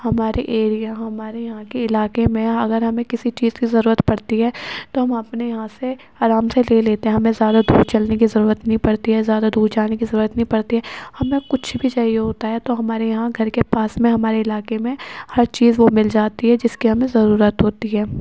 ہمارے ایریا ہمارے یہاں کے علاقے میں اگر ہمیں کسی چیز کی ضرورت پڑتی ہے تو ہم اپنے یہاں سے آرام سے لے لیتے ہیں ہمیں زیادہ دور چلنے کی ضرورت نہیں پڑتی ہے زیادہ دور جانے کی ضرورت نہیں پڑتی ہے ہمیں کچھ بھی چاہیے ہوتا ہے تو ہمارے یہاں گھر کے پاس میں ہمارے علاقے میں ہر چیز وہ مل جاتی ہے جس کی ہمیں ضرورت ہوتی ہے